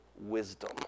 wisdom